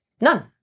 none